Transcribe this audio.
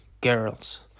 girls